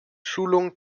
schulung